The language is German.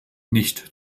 nicht